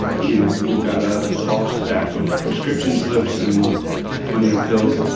you know, we've got a tall stack of prescription slips and plenty of pills.